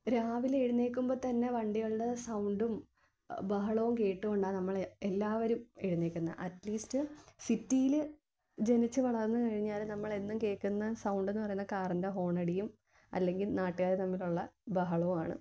രാവിലെ എഴുന്നേൽക്കുമ്പത്തന്നെ വണ്ടികളുടെ സൗണ്ടും ബഹളവും കേട്ടുകൊണ്ടാണ് നമ്മൾ എല്ലാവരും എഴുന്നേൽക്കുന്നത് അറ്റ്ലീസ്റ്റ് സിറ്റീൽ ജനിച്ചു വളർന്നു കഴിഞ്ഞാൽ നമ്മൾ എന്നും കേൾക്കുന്ന സൗണ്ടെന്ന് പറയുന്നത് കാറിന്റെ ഹോണടിയും അല്ലെങ്കിൽ നാട്ടുകാർ തമ്മിലുള്ള ബഹളവുമാണ്